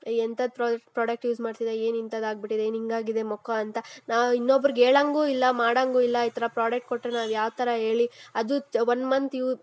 ಎಂಥದ್ದು product use ಮಾಡ್ತಿದೀಯಾ ಏನು ಇಂಥದ್ದು ಆಗಿಬಿಟ್ಟಿದೆ ಏನು ಹಿಂಗಾಗಿದೆ ಮುಖ ಅಂತ ನಾವು ಇನ್ನೊಬ್ರಿಗೆ ಹೇಳಂಗೂ ಇಲ್ಲ ಮಾಡೋಂಗೂ ಇಲ್ಲ ಈ ಥರ ಪ್ರಾಡಕ್ಟ್ ಕೊಟ್ಟರೆ ನಾವು ಯಾವ ಥರ ಹೇಳಿ ಅದು ಚ್ ಒನ್ ಮಂತ್ ಯು